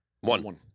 One